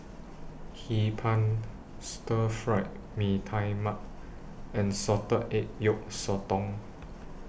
Hee Pan Stir Fried Mee Tai Mak and Salted Egg Yolk Sotong